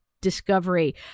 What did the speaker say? discovery